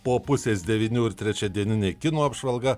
po pusės devynių ir trečiadieninė kino apžvalga